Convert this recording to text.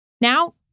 Now